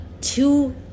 two